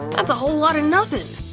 that's a whole lotta nothing!